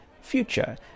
future